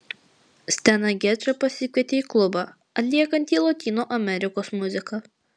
steną gečą pasikvietė į klubą atliekantį lotynų amerikos muziką